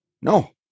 No